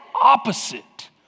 opposite